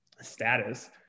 status